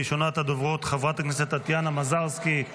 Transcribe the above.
ראשונת הדוברות, חברת הכנסת טטיאנה מזרסקי.